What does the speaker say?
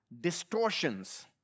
distortions